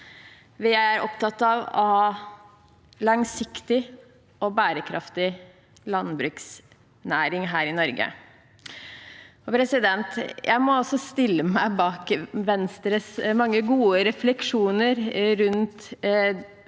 Vi er opptatt av en langsiktig og bærekraftig landbruksnæring her i Norge. Jeg må også stille meg bak Venstres mange gode refleksjoner rundt